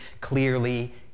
clearly